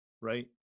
right